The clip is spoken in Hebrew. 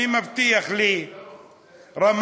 מי מבטיח לי שרמת